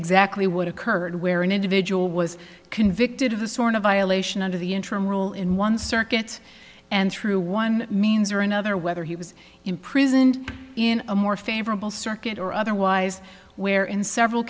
exactly what occurred where an individual was convicted of a sort of violation under the interim rule in one circuit and through one means or another whether he was imprisoned in a more favorable circuit or otherwise where in several